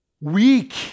weak